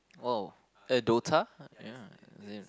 !wow! like Dota ya